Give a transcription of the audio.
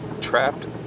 trapped